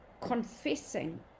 confessing